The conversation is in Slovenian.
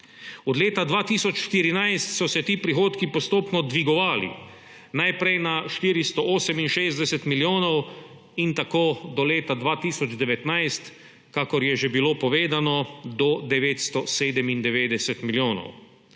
Od leta 2014 so se ti prihodki postopno dvigovali, najprej na 468 milijonov in tako do leta 2019, kakor je že bilo povedano, do 997 milijonov.